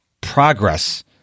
progress